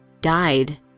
died